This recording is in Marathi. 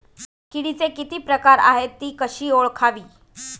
किडीचे किती प्रकार आहेत? ति कशी ओळखावी?